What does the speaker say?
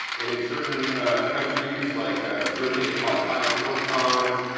and in certain countries like ah germany, they call it biophotons,